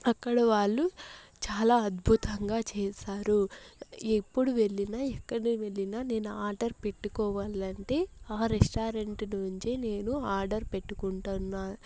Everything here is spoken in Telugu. అక్కడ వాళ్ళు చాలా అద్భుతంగా చేశారు ఎప్పుడు వెళ్ళిన ఎక్కడ వెళ్ళిన నేను ఆ ఆర్డర్ పెట్టుకోవాలంటే ఆ రెస్టారెంట్ నుంచే నేను ఆర్డర్ పెట్టుకుంటన్నా